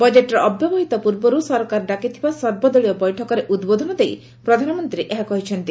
ବଜେଟ୍ର ଅବ୍ୟବହିତ ପୂର୍ବରୁ ସରକାର ଡାକିଥିବା ସର୍ବଦଳୀୟ ବୈଠକରେ ଉଦ୍ବୋଦନ ଦେଇ ପ୍ରଧାନମନ୍ତ୍ରୀ ଏହା କହିଛନ୍ତି